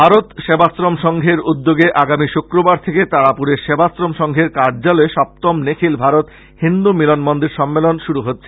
ভারত সেবাশ্রম সংঘের উদ্যোগে আগামী শুক্রবার থেকে তারাপুরে সেবাশ্রম সংঘের কার্য্যালয়ে সপ্তম নিখিল ভারত হিন্দু মিলন মন্দির সম্মেলন আরম্ভ হচ্ছে